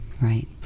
Right